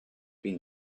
been